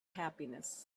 happiness